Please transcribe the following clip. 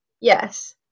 yes